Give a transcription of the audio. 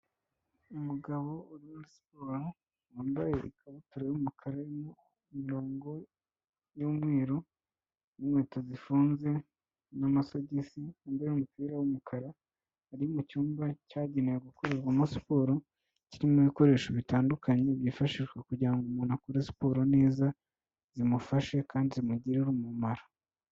Umugabo uri muri siporo wambaye ikabutura y'umukara irimo imirongo y'umweru, n'inkweto zifunze n'amasogisi, yambaye umupira w'umukara, ari mu cyumba cyagenewe gukorerwamo siporo kirimo ibikoresho bitandukanye byifashishwa kugira ngo umuntu akore siporo neza, zimufashe kandi zimugirire umumaro.